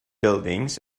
buildings